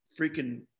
freaking